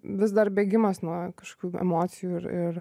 vis dar bėgimas nuo kažkokių emocijų ir ir